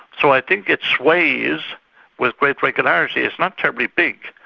so i think it sways with great regularity, it's not terribly big,